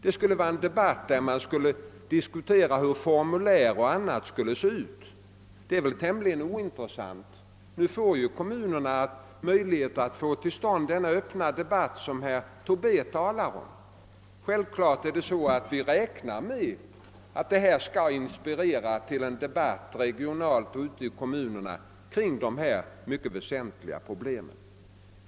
Det skulle ju bli en diskussion om hur formulär och annat skulle se ut, och detta är väl tämligen ointressant. Nu får ju kommunerna möjlighet att föra den öppna debatt som herr Tobé talar om, ty självfallet räknar vi med att vårt initiativ skall inspirera till en debatt regionalt och ute i kommunerna kring dessa mycket väsentliga problem.